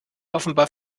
offenbar